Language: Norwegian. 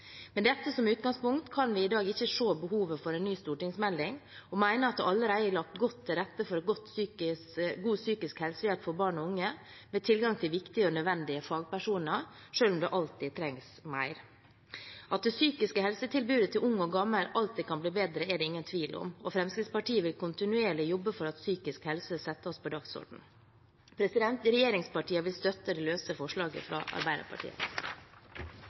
Med dette som utgangspunkt kan vi i dag ikke se behovet for en ny stortingsmelding og mener at vi allerede har lagt godt til rette for god psykisk helsehjelp for barn og unge, med tilgang til viktige og nødvendige fagpersoner, selv om det alltid trengs mer. At det psykiske helsetilbudet til unge og gamle alltid kan bli bedre, er det ingen tvil om, og Fremskrittspartiet vil jobbe kontinuerlig for at psykisk helse settes på dagsordenen. Regjeringspartiene vil støtte det løse forslaget fra Arbeiderpartiet,